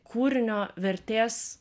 kūrinio vertės